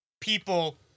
people